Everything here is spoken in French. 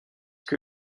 que